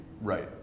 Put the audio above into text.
right